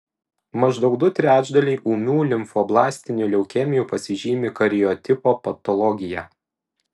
maždaug du trečdaliai ūmių limfoblastinių leukemijų pasižymi kariotipo patologija